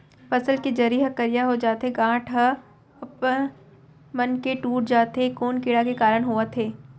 फसल के जरी ह करिया हो जाथे, गांठ ह अपनमन के टूट जाथे ए कोन कीड़ा के कारण होवत हे?